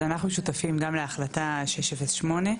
אז אנחנו שותפים גם להחלטה 608,